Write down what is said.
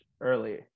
early